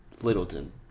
Littleton